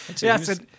Yes